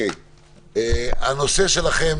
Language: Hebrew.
הנושא שלכם,